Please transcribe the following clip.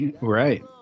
Right